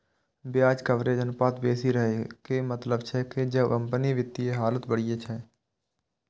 ब्याज कवरेज अनुपात बेसी रहै के मतलब छै जे कंपनीक वित्तीय हालत बढ़िया छै